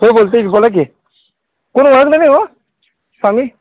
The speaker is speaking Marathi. हो बोलतो आहे की बोला की कोण ओळखलं नाही ओ स्वामी